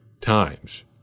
times